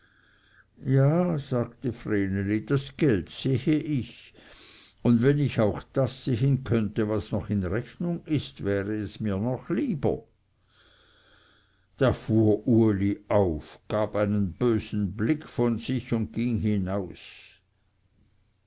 ja sagte vreneli das geld sehe ich und wenn ich auch das sehen könnte was noch in rechnung ist wäre es mir noch lieber da fuhr uli auf gab einen bösen blick von sich und ging hinaus